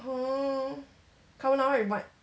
mm carbonara with what